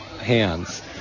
hands